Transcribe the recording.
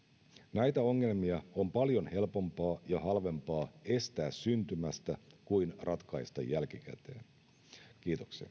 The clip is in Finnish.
näitä ongelmia on paljon helpompaa ja halvempaa estää syntymästä kuin ratkaista jälkikäteen kiitoksia